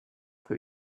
für